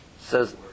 Says